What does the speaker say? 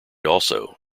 also